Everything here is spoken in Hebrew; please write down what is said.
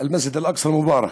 אל-מסג'ד אל-אקצא אל-מובארכ,